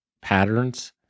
patterns